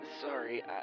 Sorry